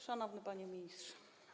Szanowny Panie Ministrze!